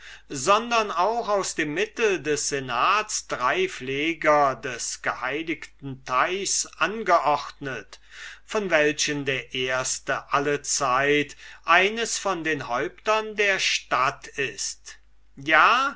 sondern auch aus dem mittel des senats drei pfleger des geheiligten teichs angeordnet von welchen der erste allezeit eines von den häuptern der stadt ist ja